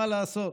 מה לעשות,